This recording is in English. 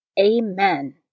Amen